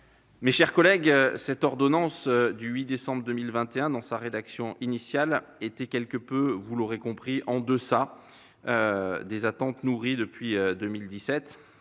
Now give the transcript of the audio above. Mes chers collègues, l'ordonnance du 8 décembre 2021, dans sa rédaction initiale, était quelque peu en deçà des attentes nourries depuis 2017.